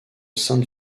sainte